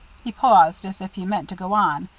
he paused as if he meant to go on,